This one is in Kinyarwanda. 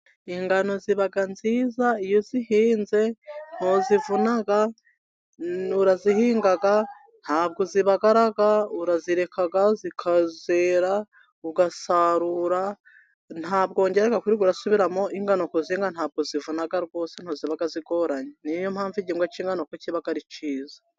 Ingano ziba nziza iyo uzihinze ntozivuna, urazihinga ntabwo zibara urazireka, zikazerara ugasarura ntabwongera kuri gurasubiramo, ingano ku zinka ntabwo zivuna rwose ziba zigoranye, ni yo mpamvu igihu ngo cgano ku kiba ari cyiza.